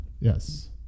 Yes